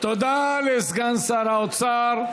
תודה לסגן שר האוצר.